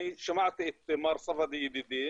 אני שמעתי את מר ספדי ידידי